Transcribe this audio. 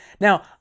Now